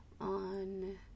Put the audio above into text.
on